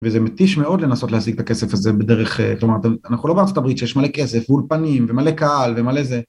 וזה מטיש מאוד לנסות להשיג את הכסף הזה בדרך כלומר אנחנו לא בארצות הברית שיש מלא כסף ואולפנים ומלא קהל ומלא זה